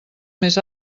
més